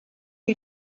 les